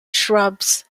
shrubs